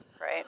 Right